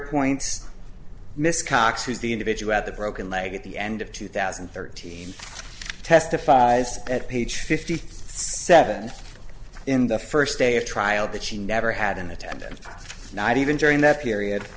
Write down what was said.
points miss cox who's the individual at the broken leg at the end of two thousand and thirteen testifies at page fifty seven in the first day of trial that she never had an attendant not even during that period